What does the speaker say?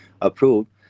approved